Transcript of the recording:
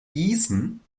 gießen